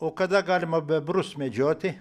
o kada galima bebrus medžioti